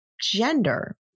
gender